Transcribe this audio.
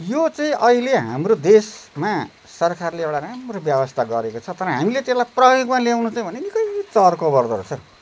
यो चाहिँ अहिले हाम्रो देशमा सरकारले एउटा राम्रो व्यवस्था गरेको छ तर हामीले त्यसलाई प्रयोगमा ल्याउनु चाहिँ भने निकै चर्को पर्दोरहेछ